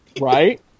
Right